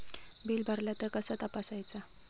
Bill भरला तर कसा तपसायचा?